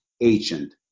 agent